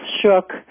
shook